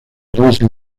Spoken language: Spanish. iglesia